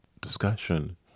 discussion